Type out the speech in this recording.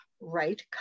right